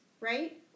right